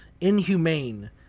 inhumane